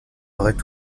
auraient